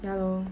ya lor